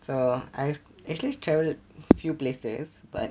so I actually travelled few places but